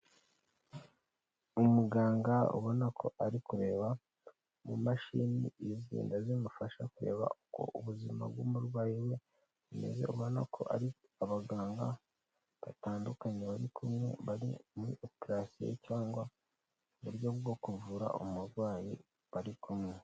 Umuganga ubona ko ari kureba mu mashini zigenda zimufasha kureba uko ubuzima bw'umurwayi we bumeze ubona ko ari abaganga batandukanye bari kumwe bari muri karasiye cyangwa uburyo bwo kuvura umurwayi bari kumwe.